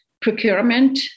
Procurement